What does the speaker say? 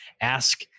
ask